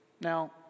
Now